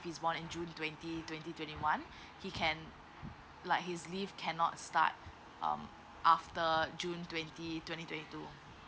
he's born in june twenty twenty twenty one he can like his leave cannot start um after june twenty twenty twenty two